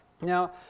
Now